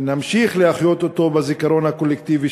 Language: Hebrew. נמשיך להחיות אותו בזיכרון הקולקטיבי